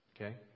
Okay